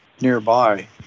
nearby